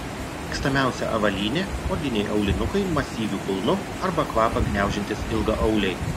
mėgstamiausia avalynė odiniai aulinukai masyviu kulnu arba kvapą gniaužiantys ilgaauliai